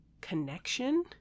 connection